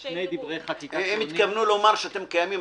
הם התכוונו לומר שאתם קיימים,